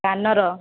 କାନର